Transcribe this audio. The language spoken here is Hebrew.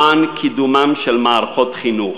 למען קידומן של מערכות חינוך,